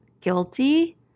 guilty